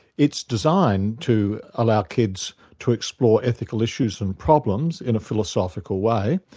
it's designed to allow kids to explore ethical issues and problems in a philosophical way,